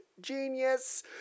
genius